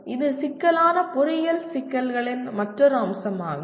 எனவே இது சிக்கலான பொறியியல் சிக்கல்களின் மற்றொரு அம்சமாகும்